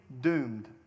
doomed